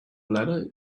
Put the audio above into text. ladder